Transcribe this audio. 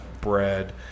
bread